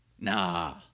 Nah